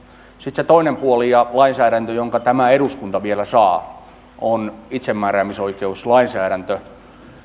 se toinen puoli ja lainsäädäntö jonka tämä eduskunta vielä saa on itsemääräämisoikeuslainsäädäntö